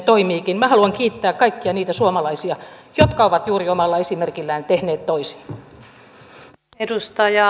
minä haluan kiittää kaikkia niitä suomalaisia jotka ovat juuri omalla esimerkillään tehneet toisin